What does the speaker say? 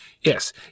Yes